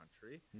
country